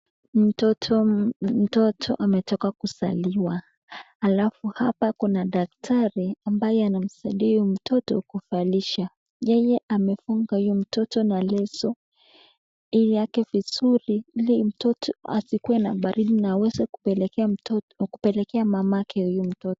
Mtoto ametoka kuzaliwa, alafu hapa kuna daktari ambaye anamsaidia huyo mtoto kuvalisha. Yeye amefunga huyo mtoto na leso iliyake vizuri ili mtoto asikue na baridi na aweze kupelekea mamake huyu mtoto.